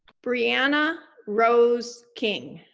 brianna rose king